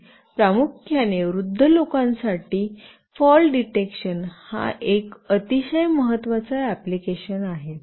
आणि प्रामुख्याने वृद्ध लोकांसाठी फॉल डिटेक्टशन हा एक अतिशय महत्वाचा अँप्लिकेशन आहे